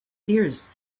fears